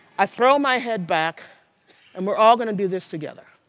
i throw my head back and we are all going to do this together.